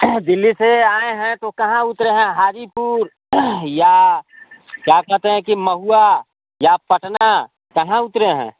दिल्ली से आए हैं तो कहाँ उतरे हैं हाजीपुर या क्या कहते हैं कि महुआ या पटना कहाँ उतरे हैं